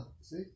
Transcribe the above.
see